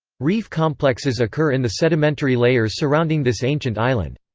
reef complexes occur in the sedimentary layers surrounding this ancient island.